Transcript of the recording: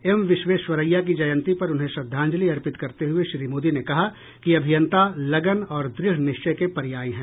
M Visvesvaraya की जयंती पर उन्हें श्रद्धांजलि अर्पित करते हुए श्री मोदी ने कहा कि अभियंता लगन और द्रढ़ निश्चय के पर्याय हैं